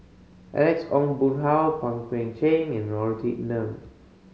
Alex Ong Boon Hau Pang Guek Cheng and Norothy Neng